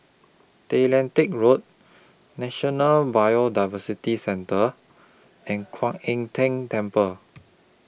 Tay Lian Teck Road National Biodiversity Centre and Kuan Im Tng Temple